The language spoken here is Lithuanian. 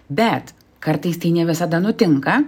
bet kartais tai ne visada nutinka